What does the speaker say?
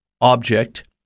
object